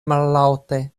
mallaŭte